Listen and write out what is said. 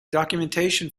documentation